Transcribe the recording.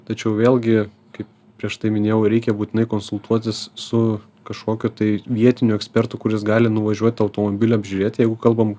tačiau vėlgi kaip prieš tai minėjau reikia būtinai konsultuotis su kažkokiu tai vietiniu ekspertu kuris gali nuvažiuot automobilį apžiūrėt jeigu kalbam